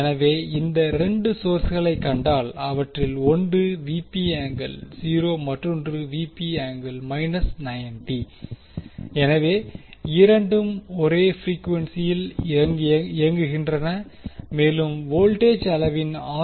எனவே இந்த 2 சோர்ஸ்களை கண்டால் அவற்றில் ஒன்று மற்றொன்று எனவே இரண்டும் ஒரே பிரீக்வென்சியில் இயங்குகின்றன மேலும் வோல்டேஜ் அளவின் ஆர்